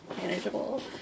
manageable